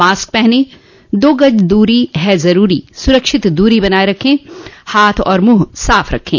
mask पहनें दो गज दूरी है जरूरी सुरक्षित दूरी बनाए रखें हाथ और मुंह साफ रखें